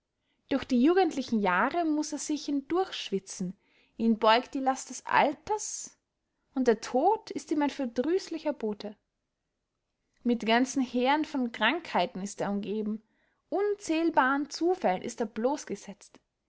durch die jugendlichen jahre muß er sich hindurchschwitzen ihn beugt die last des alters und der tod ist ihm ein verdrüßlicher bothe mit ganzen heeren von krankheiten ist er umgeben unzählbaren zufällen ist er